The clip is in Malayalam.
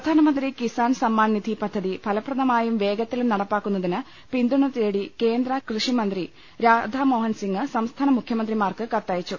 പ്രധാനമന്ത്രി കിസാൻ സമ്മാൻ നിധി പദ്ധതി ഫലപ്രദമായും വേഗ ത്തിലും നടപ്പാക്കുന്നതിന് പിന്തുണ തേടി കേന്ദ്ര കൃഷിമന്ത്രി രാധാ മോഹൻ സിംഗ് സംസ്ഥാന മുഖ്യമന്ത്രിമാർക്ക് കത്തയച്ചു